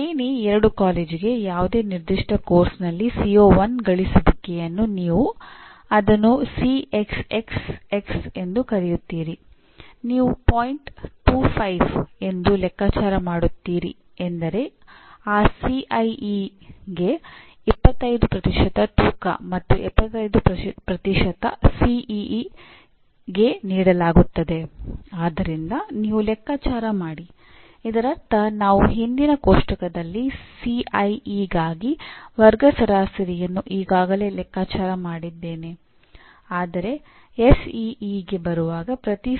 ಶ್ರೇಣಿ 2 ಕಾಲೇಜಿಗೆ ಯಾವುದೇ ನಿರ್ದಿಷ್ಟ ಪಠ್ಯಕ್ರಮದಲ್ಲಿ